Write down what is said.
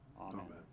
Amen